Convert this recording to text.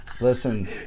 Listen